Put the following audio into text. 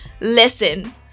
Listen